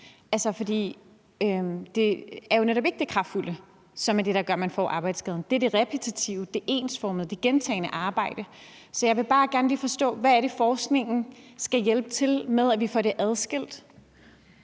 jo ikke. Det er netop ikke det kraftfulde, der gør, at man får arbejdsskaden; det er det repetitive, det ensformige, det gentagne arbejde. Så jeg vil bare gerne lige forstå, hvad det er, forskningen skal hjælpe til med i forhold til